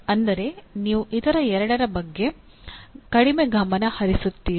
ಅಂದರೆ ನೀವು ಇತರ ಎರಡರ ಬಗ್ಗೆ ಕಡಿಮೆ ಗಮನ ಹರಿಸುತ್ತೀರಿ